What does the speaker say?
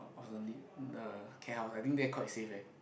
orh no need the care house I think there quite safe eh